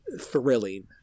thrilling